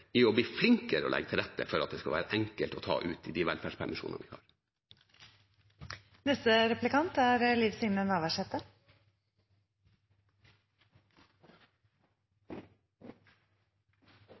i å bli flinkere til å legge til rette for at det skal være enkelt å ta ut de velferdspermisjonene. I dei siste årsrapportane til Stortinget frå Ombodsmannsnemnda har nemnda vore tydeleg på at det er